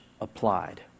applied